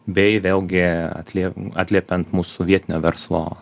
bei vėlgi atlie atliepiant mūsų vietinio verslo